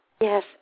Yes